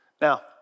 Now